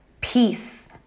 peace